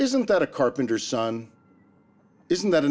isn't that a carpenter's son isn't that